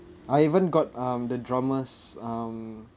I even got um the drummer's um